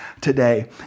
today